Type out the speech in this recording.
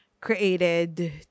created